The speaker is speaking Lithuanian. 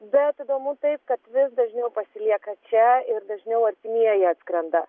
bet įdomu taip kad vis dažniau pasilieka čia ir dažniau artimieji atskrenda